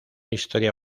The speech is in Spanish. historia